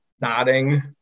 nodding